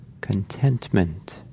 contentment